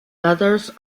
others